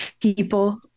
people